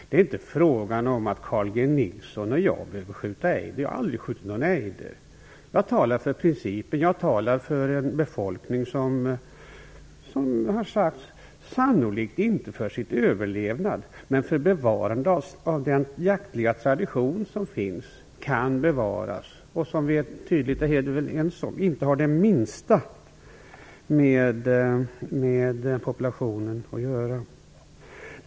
Det är inte fråga om att Carl G Nilsson och jag behöver skjuta ejder. Jag har aldrig skjutit någon ejder. Jag talar för principen. Jag talar för en befolkning som jagar, sannolikt inte för sin överlevnad, men för bevarandet av den jaktliga tradition som finns, kan bevaras och - vilket vi tydligt är helt överens om - inte har det minsta med populationen att göra.